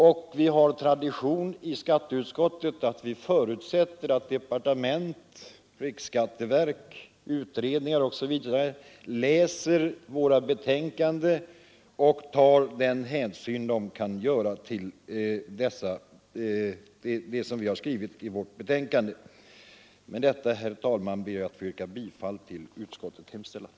Vi har den traditionen i skatteutskottet att vi förutsätter att departementet, riksskatteverket, utredningar osv. läser våra betänkanden och tar den hänsyn de kan göra till vad vi skrivit. Med detta, herr talman, ber jag att få yrka bifall till utskottets hemställan.